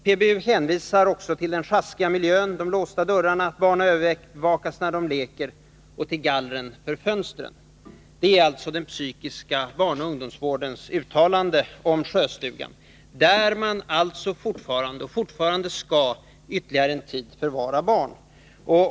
PBU hänvisar också till den sjaskiga miljön, de låsta dörrarna, att barn övervakas när de leker och till gallren för fönstren. Detta är den psykiska barnaoch ungdomsvårdens uttalande om Sjöstugan — där man alltså ytterligare en tid skall förvara barn.